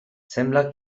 sembla